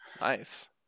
Nice